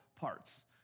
parts